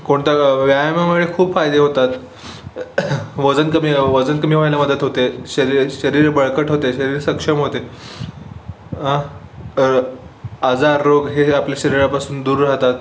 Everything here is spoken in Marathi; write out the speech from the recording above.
कोणता व् व्यायामामुळे खूप फायदे होतात वजन कमी वजन कमी व्हायला मदत होते शरी शरीर बळकट होते शरीर सक्षम होते आजार रोग हेही आपल्या शरीरापासून दूर राहतात